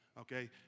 Okay